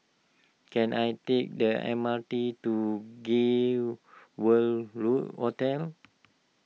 can I take the M R T to Gay World Hotel